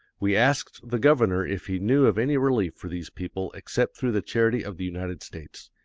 we asked the governor if he knew of any relief for these people except through the charity of the united states.